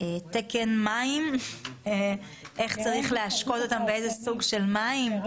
עוד אנשים שרוצים לדבר, פשוט